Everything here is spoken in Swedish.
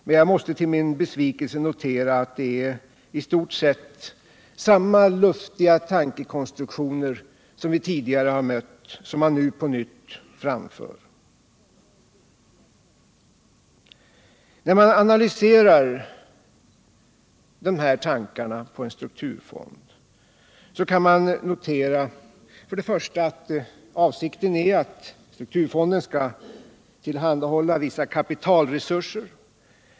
Men jag måste till min besvikelse konstatera att det är i stort sett samma luftiga tankekonstruktioner som vi tidigare har mött som man nu på nytt framför. När man analyserar de här tankarna på en strukturfond kan man för det första notera att avsikten är att strukturfonden skall tillhandahålla vissa kapitalresurser.